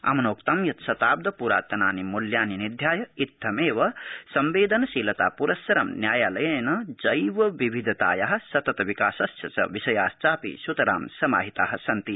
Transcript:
अम्नोक्तं यत् शताब्द प्रातनानि मूल्यानि निध्याय इत्थमेव संवेदनशीलता पुरस्सरं न्यायालयेन जैव विविधताया सतत विकासस्य च विषयाश्चापि सुतरां समाहिता सन्ति